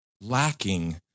Lacking